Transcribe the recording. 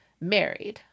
married